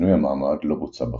ושינוי המעמד לא בוצע בפועל.